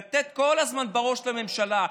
לתת כל הזמן בראש לממשלה.